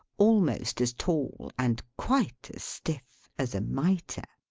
almost as tall, and quite as stiff, as a mitre.